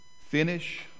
Finish